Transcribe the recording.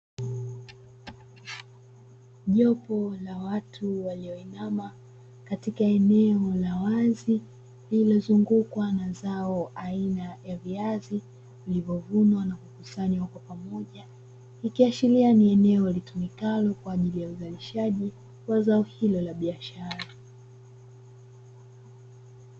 Jopo la watu walioinama katika eneo la wazi, lililozungukwa na zao aina ya viazi vilivyovunwa na kukusanywa kwa pamoja ikiashiria kuwa ni eneo litumikalo kwa ajili ya uzalishaji wa zao hilo la biashara.